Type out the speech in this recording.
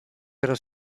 pero